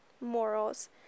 morals